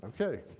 okay